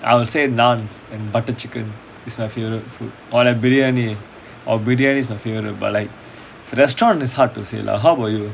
I would say naan and butter chicken is my favourite food or like briyani oh buderim is my favourite but like restaurant is hard to say lah how about you